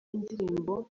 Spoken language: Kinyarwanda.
y’indirimbo